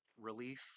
relief